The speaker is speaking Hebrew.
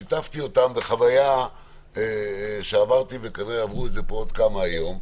שיתפתי אותם בחוויה שעברתי וכנראה עברו את זה פה עוד כמה היום,